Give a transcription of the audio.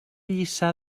lliçà